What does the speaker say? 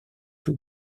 two